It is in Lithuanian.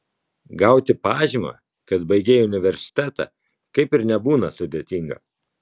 gauti pažymą kad baigei universitetą kaip ir nebūna sudėtinga